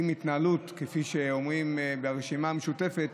וכפי שאומרים ברשימה המשותפת,